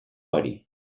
hori